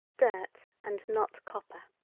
dirt and not copper.